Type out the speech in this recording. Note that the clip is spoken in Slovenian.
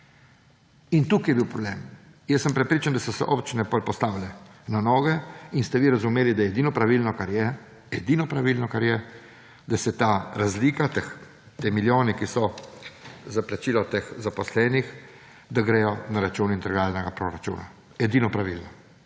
In tukaj je bil problem. Jaz sem prepričan, da so se občine potem postavile na noge in ste vi razumeli, da je edino pravilno, kar je, edino pravilno, kar je, da se ta razlika, te milijoni, ki so, za plačilo teh zaposlenih, da gredo na račun integralnega proračuna. Edino pravilno